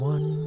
One